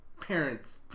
parents